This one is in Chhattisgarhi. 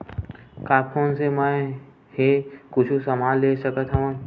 का फोन से मै हे कुछु समान ले सकत हाव का?